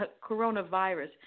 coronavirus